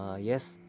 Yes